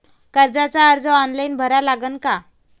कर्जाचा अर्ज ऑनलाईन भरा लागन का?